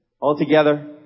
Altogether